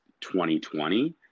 2020